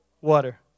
Water